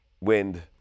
wind